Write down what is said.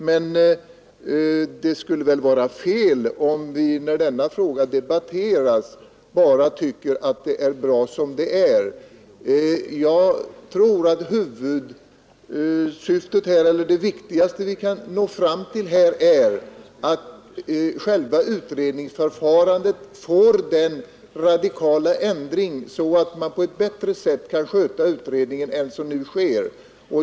Men det skulle vara fel om vi när denna fråga debatteras bara tyckte att det är bra som det är. Jag tror att det viktigaste vi kan nå fram till här är att själva utredningsförfarandet ändras radikalt, så att man kan sköta utredningen på ett bättre sätt än som nu sker.